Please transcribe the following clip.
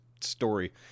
story